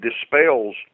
dispels